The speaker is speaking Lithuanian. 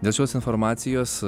dėl šios informacijos